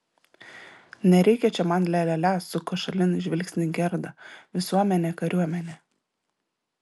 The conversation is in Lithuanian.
nereikia čia man lia lia lia suko šalin žvilgsnį gerda visuomenė kariuomenė